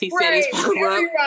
Right